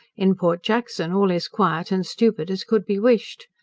in port jackson all is quiet and stupid as could be wished.